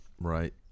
Right